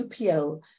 upl